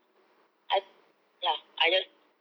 I ya I just